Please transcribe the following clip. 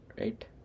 right